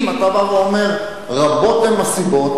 אם אתה בא ואומר: רבות הן הסיבות,